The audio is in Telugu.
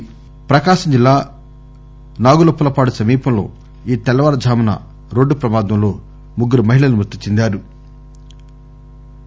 ప్రకాశం ప్రకాశం జిల్లా నాగులుప్పలపాడు సమీపంలో ఈ తెల్లవారుజామున రోడ్డు ప్రమాదంలో ముగ్గురు మహిళలు మృతి చెందారు